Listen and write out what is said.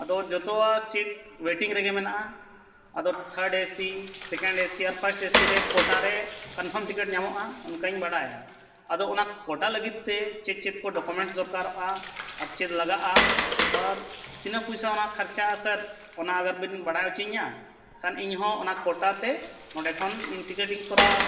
ᱟᱫᱚ ᱡᱷᱚᱛᱚᱣᱟᱜ seat waiting ᱨᱮᱜᱮ ᱢᱮᱱᱟᱜᱼᱟ ᱟᱫᱚ ᱛᱷᱟᱨᱰ ᱮᱥᱤ ᱥᱮᱠᱮᱱᱰ ᱮᱥᱤ ᱟᱨ ᱯᱷᱟᱥᱴ ᱮᱥᱤ ᱨᱮ ᱠᱳᱴᱟᱨᱮ ᱠᱚᱱᱯᱷᱟᱨᱢ ᱴᱤᱠᱤᱴ ᱧᱟᱢᱚᱜᱼᱟ ᱚᱱᱠᱟᱧ ᱵᱟᱲᱟᱭᱟ ᱟᱫᱚ ᱚᱱᱟ ᱠᱳᱴᱟ ᱞᱟᱹᱜᱤᱫᱛᱮ ᱪᱮᱫ ᱪᱮᱫ ᱠᱚ ᱰᱚᱠᱩᱢᱮᱱᱴᱥ ᱠᱚ ᱫᱚᱨᱠᱟᱨᱚᱜᱼᱟ ᱟᱨ ᱪᱮᱫ ᱞᱟᱜᱟᱜᱼᱟ ᱟᱨ ᱛᱤᱱᱟᱹᱜ ᱯᱚᱭᱥᱟ ᱚᱱᱟ ᱠᱷᱚᱨᱪᱟᱜᱼᱟ ᱥᱟᱨ ᱚᱱᱟ ᱟᱜᱟᱨᱵᱤᱱ ᱵᱟᱲᱟᱭ ᱦᱚᱪᱚᱧᱟ ᱠᱷᱟᱱ ᱤᱧᱦᱚᱸ ᱚᱱᱟ ᱠᱳᱴᱟᱛᱮ ᱚᱸᱰᱮ ᱠᱷᱚᱱ ᱤᱧ ᱴᱤᱠᱤᱴᱤᱧ ᱠᱚᱨᱟᱣᱟ